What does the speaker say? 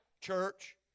Church